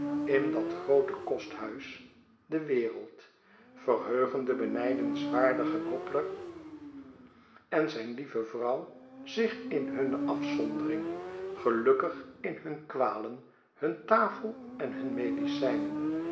in dat groote kosthuis de wereld verheugen de benijdenswaardige gobler en zijn lieve vrouw zich in hun afzondering gelukkig in hun kwalen hun tafel en hun medicijnen